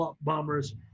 bombers